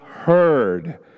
heard